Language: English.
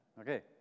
okay